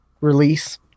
release